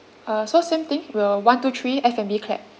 uh so same thing we'll one two three F&B clap